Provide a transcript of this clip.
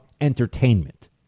entertainment